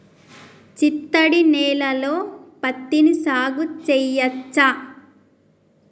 చిత్తడి నేలలో పత్తిని సాగు చేయచ్చా?